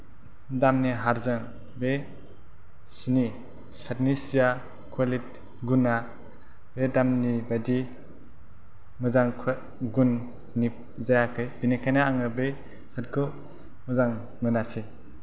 दामनि हारजों बे सिनि सार्त नि सिया कुवालिति गुना बे दामनि बायदि मोजां गुननि जायाखै बिनिखायनो आङो बे सार्त खौ मोजां मोनासै